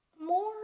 more